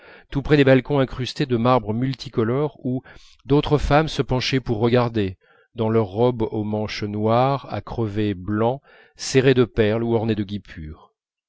tout près des balcons incrustés de marbres multicolores où d'autres femmes se penchaient pour regarder dans leurs robes aux manches noires à crevés blancs serrés de perles ou ornés de guipures